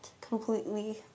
completely